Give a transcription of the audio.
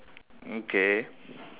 okay